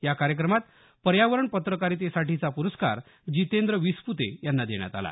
या कार्यक्रमात पर्यावरण पत्रकारितेसाठीचा पुरस्कार जितेंद्र विसपुते यांना देण्यात आला